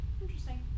interesting